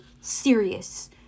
serious